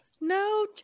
no